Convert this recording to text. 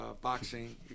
boxing